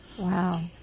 Wow